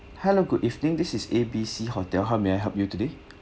hello good evening this is A B C hotel how may I help you today